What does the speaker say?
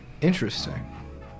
Interesting